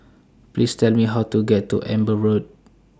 Please Tell Me How to get to Amber Road